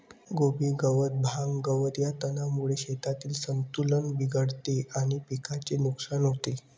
कोबी गवत, भांग, गवत या तणांमुळे शेतातील संतुलन बिघडते आणि पिकाचे नुकसान होते